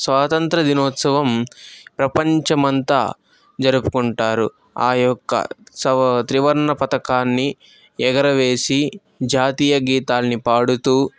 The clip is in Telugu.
స్వాతంత్ర దినోత్సవం ప్రపంచమంతా జరుపుకుంటారు ఆ యొక్క సవ త్రివర్ణ పతకాన్ని ఎగరవేసి జాతీయ గీతాల్ని పాడుతూ